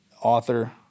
author